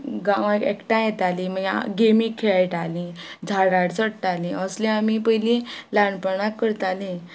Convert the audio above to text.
गावांत एकठांय येताली मागीर गेमी खेळटाली झाडार चडटाली असली आमी पयली ल्हानपणाक करताली